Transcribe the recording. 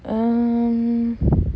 um